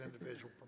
individual